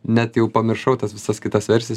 net jau pamiršau tas visas kitas versijas